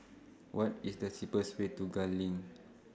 What IS The cheapest Way to Gul LINK